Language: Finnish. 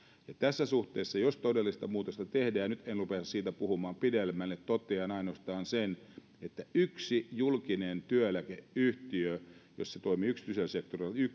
tässä suhteessa jos todellista muutosta tehdään ja nyt en rupea siitä puhumaan pidemmälle totean ainoastaan tämän eli olisi yksi julkinen työeläkeyhtiö jossa toimii yksityisellä sektorilla